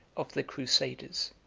of the crusaders.